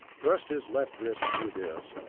thrust his left wrist through this,